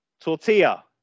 tortilla